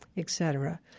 etc,